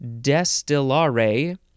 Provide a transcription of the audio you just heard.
destillare